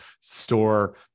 store